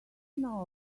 know